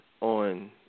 on